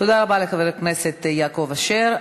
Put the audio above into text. תודה רבה לחבר הכנסת יעקב אשר.